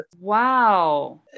Wow